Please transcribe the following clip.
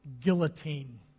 guillotine